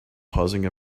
pausing